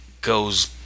goes